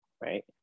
right